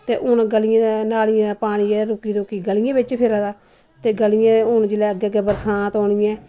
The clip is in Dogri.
ते हुन नालिआं दा पानी रूक्की रूक्की गलिआं च रूक्का दा ते हुन जिसलै अग्गैं बरसांत होनी ऐ